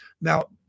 Now